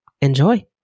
Enjoy